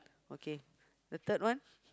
okay the third one